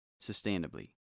sustainably